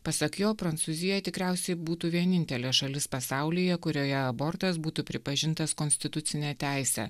pasak jo prancūzija tikriausiai būtų vienintelė šalis pasaulyje kurioje abortas būtų pripažintas konstitucine teise